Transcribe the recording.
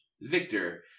Victor